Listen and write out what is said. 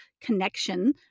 connection